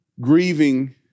Grieving